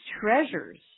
treasures